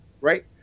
right